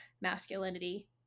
masculinity